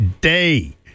day